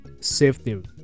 safety